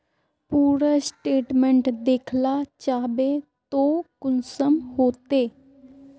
पूरा स्टेटमेंट देखला चाहबे तो कुंसम होते?